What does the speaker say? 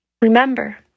Remember